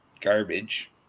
garbage